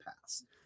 past